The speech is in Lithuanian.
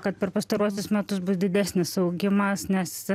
kad per pastaruosius metus bus didesnis augimas nes